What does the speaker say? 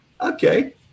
Okay